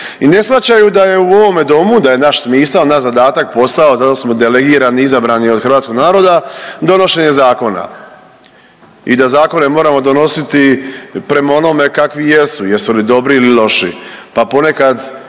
I ne shvaćaju da je u ovome Domu, da je naš smisao, naš zadatak, posao zato smo delegirani, izabrani od hrvatskog naroda donošenje zakona i da zakone moramo donositi prema onome kakvi jesu, jesu li dobri ili loši. Pa ponekad